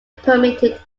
permitted